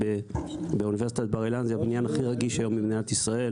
זה הבניין הכי רגיש היום במדינת ישראל,